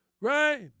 Right